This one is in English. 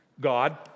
God